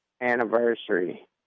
anniversary